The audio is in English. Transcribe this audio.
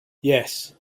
yes